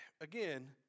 again